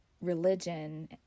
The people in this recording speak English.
religion